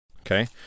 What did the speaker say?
Okay